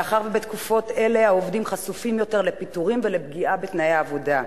מאחר שבתקופות אלה העובדים חשופים יותר לפיטורים ולפגיעה בתנאי העבודה.